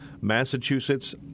Massachusetts